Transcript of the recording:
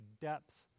depths